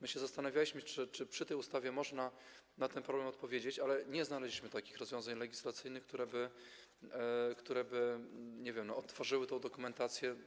My się zastanawialiśmy, czy przy tej ustawie można na ten problem odpowiedzieć, ale nie znaleźliśmy takich rozwiązań legislacyjnych, które by, nie wiem, odtworzyły tę dokumentację.